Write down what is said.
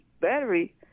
battery